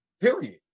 Period